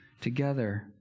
together